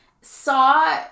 Saw